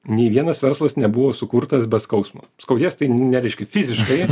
nei vienas verslas nebuvo sukurtas be skausmo skaudės tai nereiškia fiziškai